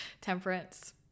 Temperance